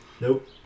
Nope